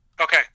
Okay